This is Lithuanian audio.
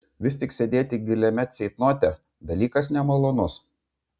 vis tik sėdėti giliame ceitnote dalykas nemalonus